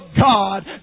God